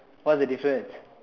what's the difference